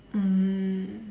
mm